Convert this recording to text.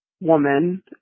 woman